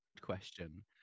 question